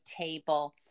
table